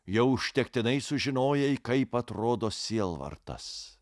jau užtektinai sužinojai kaip atrodo sielvartas